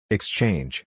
Exchange